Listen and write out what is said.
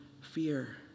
fear